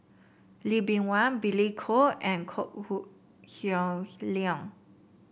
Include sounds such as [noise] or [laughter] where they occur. Lee Bee Wah Billy Koh and Kok [unintelligible] Heng Leun